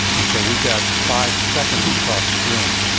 and so we've got five seconds across screen.